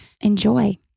Enjoy